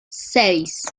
seis